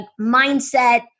mindset